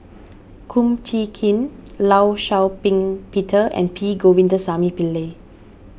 Kum Chee Kin Law Shau Ping Peter and P Govindasamy Pillai